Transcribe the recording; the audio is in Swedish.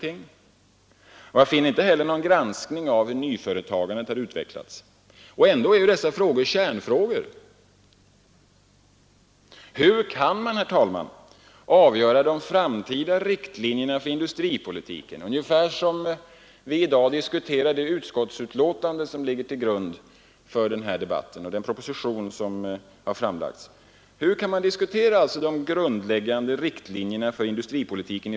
Jag finner inte heller någon granskning av hur nyföretagandet har utvecklats. Dessa ting är ju ändå kärnfrågor. Man kan inte, herr talman, komma till ett avgörande om de framtida riktlinjerna för industripolitiken i det utskottsbetänkande som ligger till grund för den här debatten och den proposition som framlagts utan en sådan analys.